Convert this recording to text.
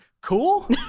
cool